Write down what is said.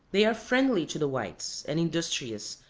they are friendly to the whites, and industrious,